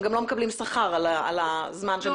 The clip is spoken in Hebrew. שהם גם לא מקבלים שכר על הזמן שהם מקדישים למועצה.